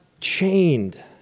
chained